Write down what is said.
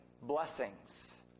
blessings